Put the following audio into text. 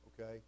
okay